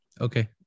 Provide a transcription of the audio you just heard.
Okay